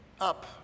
up